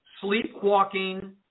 sleepwalking